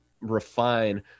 refine